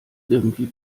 irgendwie